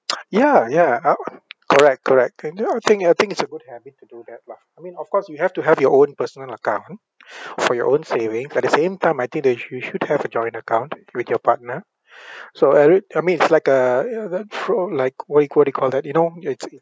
ya ya uh correct correct can do I think ya I think it's a good habit to do that lah I mean of course you have to have your own personal account for your own savings at the same time I think that you should have a joint account with your partner so every I mean it's like uh you know that throughout like what do you call what do you call that you know your